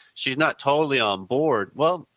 she is not totally on board. well,